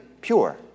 pure